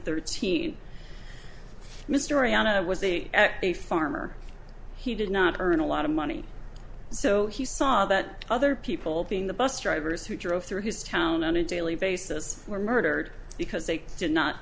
thirteen mystery on it was a farmer he did not earn a lot of money so he saw that other people being the bus drivers who drove through his town on a daily basis were murdered because they did not